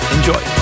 Enjoy